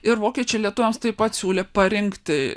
ir vokiečiai lietuviams taip pat siūlė parinkti